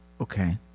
Okay